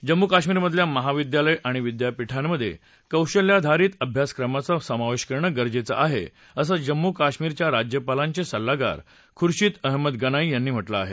जम्मू कश्मस्तिधल्या महाविद्यालय आणि विद्यापळिमधे कौशल्याधारित अभ्यासक्रमाचा समावेश करणं गरजेचं आहे असं जम्मू कश्मस्तिया राज्यापालांचे सल्लागार खुर्शीद अहमद गनाई यांना महटलं आहे